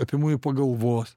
apie mumi pagalvos